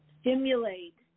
stimulate